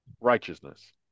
righteousness